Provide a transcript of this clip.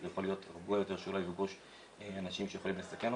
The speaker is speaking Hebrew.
והיה צריך בדיקת קורונה.